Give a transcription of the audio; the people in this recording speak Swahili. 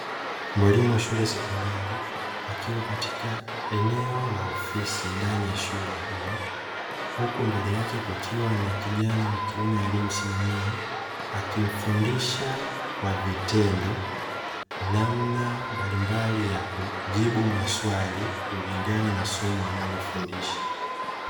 Mwalimu wa shule ya sekondari akiwa katika eneo la ofisi ndani ya shule hiyo, huku mbele yake kukiwa na kijana wa kiume aliyemsimamia akimfundisha kwa vitendo namna mbalimbali ya kujibu maswali kulingana na somo wanalofundisha.